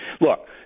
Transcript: Look